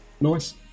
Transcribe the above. Nice